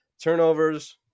Turnovers